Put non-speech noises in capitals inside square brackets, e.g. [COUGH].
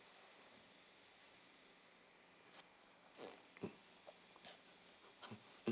mm [BREATH]